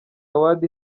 award